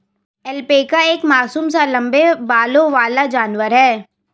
alpaca एक मासूम सा लम्बे बालों वाला जानवर है